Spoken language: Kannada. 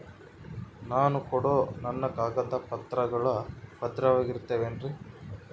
ನಾನು ಕೊಡೋ ನನ್ನ ಕಾಗದ ಪತ್ರಗಳು ಭದ್ರವಾಗಿರುತ್ತವೆ ಏನ್ರಿ?